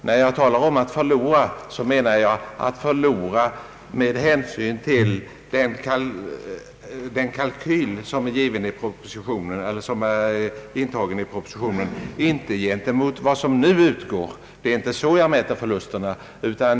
När jag talar om förluster menar jag förluster i förhållande till kostnaderna enligt den kalkyl som är intagen i propositionen och icke i förhållande till de avdrag som nu gäller.